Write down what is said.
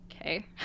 okay